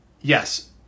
yes